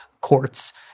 courts